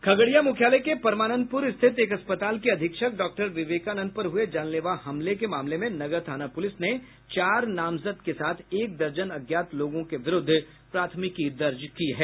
खगड़िया मुख्यालय के परमानंदपुर स्थित एक अस्पताल के अधीक्षक डॉक्टर विवेकानन्द पर हुए जानलेवा हमले के मामले में नगर थाना पुलिस ने चार नामजद के साथ एक दर्जन अज्ञात लोगों के विरूद्ध प्राथमिकी दर्ज की है